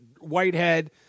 Whitehead